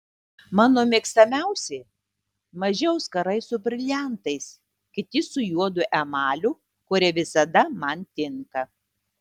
mano mėgstamiausi maži auskarai su briliantais kiti su juodu emaliu kurie visada man tinka